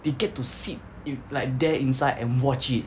they get to sit in like there inside and watch it